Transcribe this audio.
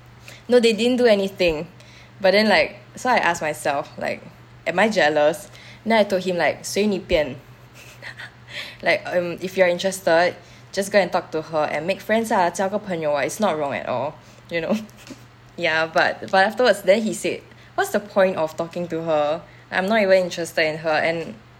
no they didn't do anything but then like so I asked myself like am I jealous then I told him like 随你便 like um if you're interested just go and talk to her and make friends lah 交个朋友 [what] it's not wrong at all you know ya but t~ but afterwards then he said what's the point of talking to her I'm not even interested in her and